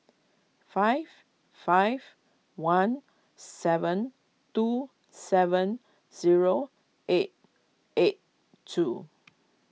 five five one seven two seven zero eight eight two